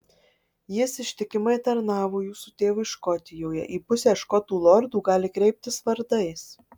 jis ištikimai tarnavo jūsų tėvui škotijoje į pusę škotų lordų gali kreiptis vardais